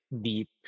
deep